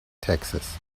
taxes